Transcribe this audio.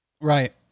Right